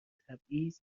تبعیض